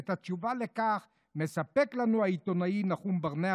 את התשובה לכך מספק לנו העיתונאי נחום ברנע